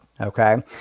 okay